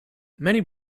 many